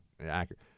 accurate